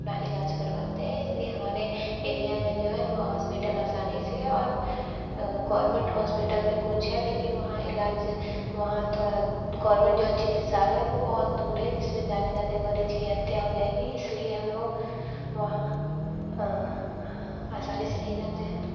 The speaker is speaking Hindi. अपना इलाज करवाते हैं इसलिए हमारे एरिया में जो है वो हॉस्पिटल आसानी से है और गवर्नमेंट हॉस्पिटल भी कुछ हैं लेकिन वहाँ इलाज वहाँ थोड़ा गवर्नमेंट जो चिकित्सालय है वो बहुत दूर है जिसमें जाने जाते मरीज की हत्या हो जाएगी इसलिए हम लोग वहाँ आसानी से नहीं जाते हैं